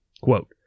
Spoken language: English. Quote